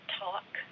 talk